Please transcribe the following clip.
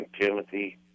Timothy